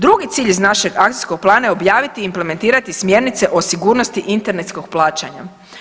Drugi cilj iz naše akcijskog plana je objaviti i implementirati smjernice o sigurnosti internetskog plaćanja.